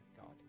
God